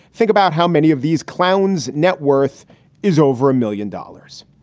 think about how many of these clowns networth is over a million dollars.